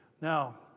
Now